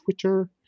Twitter